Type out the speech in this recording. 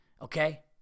Okay